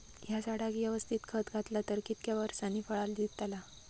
हया झाडाक यवस्तित खत घातला तर कितक्या वरसांनी फळा दीताला?